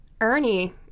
Ernie